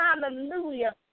Hallelujah